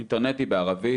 אינטרנטי בערבית.